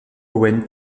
owen